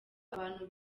abantu